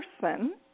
person